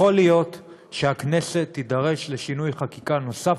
יכול להיות שהכנסת תידרש לשינוי חקיקה נוסף